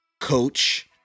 coach